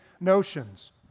notions